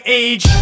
age